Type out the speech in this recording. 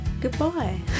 goodbye